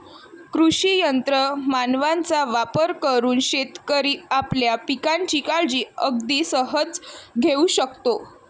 कृषी यंत्र मानवांचा वापर करून शेतकरी आपल्या पिकांची काळजी अगदी सहज घेऊ शकतो